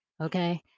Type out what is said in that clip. Okay